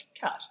cut